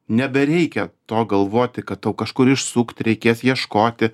nebereikia to galvoti kad tau kažkur išsukt reikės ieškoti